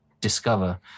discover